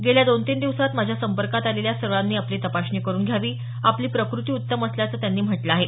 गेल्या दोन तीन दिवसात माझ्या संपर्कात अलेल्या सर्वांनी आपली तपासणी करून घ्यावी आपली प्रकृती उत्तम असल्याचं त्यांनी म्हटलं आहे